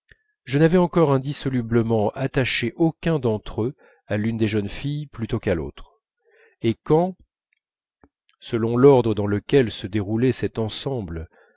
je n'avais encore indissolublement attaché aucun d'entre eux à l'une des jeunes filles plutôt qu'à l'autre et quand selon l'ordre dans lequel se déroulait cet ensemble